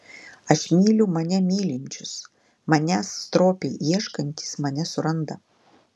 aš myliu mane mylinčius manęs stropiai ieškantys mane suranda